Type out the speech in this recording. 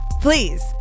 Please